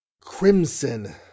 crimson